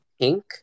pink